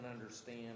understand